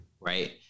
Right